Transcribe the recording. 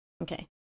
Okay